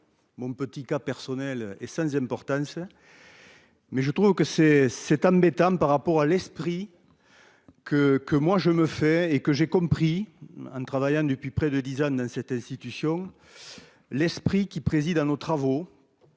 Mon petit cas personnel et sans importance. Mais je trouve que c'est c'est embêtant par rapport à l'esprit. Que que moi je me fais et que j'ai compris hein. Travaillant depuis près de 10 ans dans cette institution. L'esprit qui préside à nos travaux.